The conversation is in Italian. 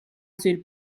suoi